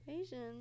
Asian